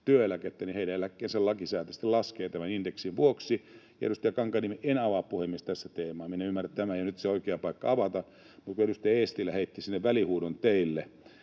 työeläkettä, heidän eläkkeensä lakisääteisesti laskee tämän indeksin vuoksi. En avaa, puhemies, tässä tätä teemaa, minä ymmärrän, että tämä ei ole nyt se oikea paikka avata, mutta kun edustaja Eestilä heitti sinne välihuudon